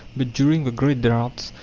but during the great droughts,